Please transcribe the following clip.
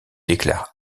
déclare